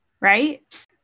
right